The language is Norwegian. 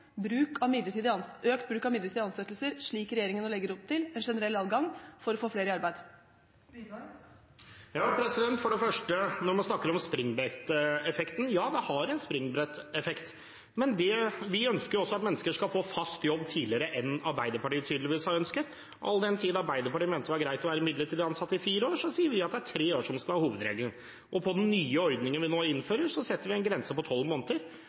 bruk av midlertidige ansettelser, slik regjeringen nå legger opp til en generell adgang for, for å få flere i arbeid? For det første når man snakker om springbretteffekten: Ja, det har en springbretteffekt. Men vi ønsker også at mennesker skal få fast jobb tidligere enn Arbeiderpartiet tydeligvis har ønsket. Mens Arbeiderpartiet mente det var greit å være midlertidig ansatt i fire år, sier vi at det er tre år som skal være hovedregelen. I den nye ordningen vi nå innfører, setter vi en grense på tolv måneder.